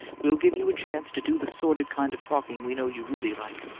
we'll give you a chance to do the sordid kind of talking we know you really like.